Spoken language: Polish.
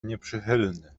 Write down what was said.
nieprzychylny